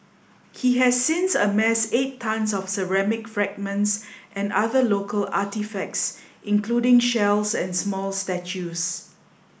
he has since amassed eight tonnes of ceramic fragments and other local artefacts including shells and small statues